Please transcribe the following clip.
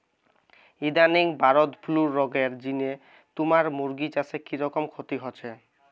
ইদানিং bird flu রগের জিনে তুমার মুরগি চাষে কিরকম ক্ষতি হইচে?